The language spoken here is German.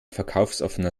verkaufsoffener